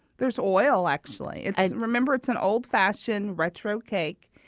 there's oil, actually. remember it's an old-fashioned retro cake,